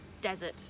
desert